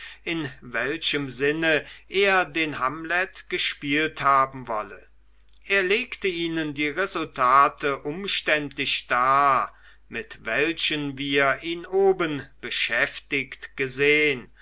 in welchem sinne er den hamlet gespielt haben wolle er legte ihnen die resultate umständlich dar mit welchen wir ihn oben beschäftigt gesehn